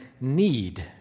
need